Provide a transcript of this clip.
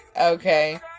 okay